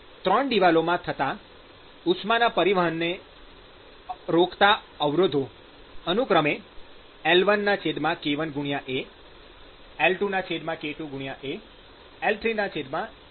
ત્રણ દિવાલોમાં થતાં ઉષ્માના પરિવહનને રોકતા અવરોધો અનુક્રમે L1k1A L2k2A L3k3A છે